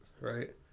Right